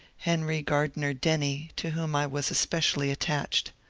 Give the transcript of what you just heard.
henry gardiner denny, to whom i was especially attached.